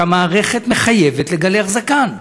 והמערכת מחייבת לגלח זקן,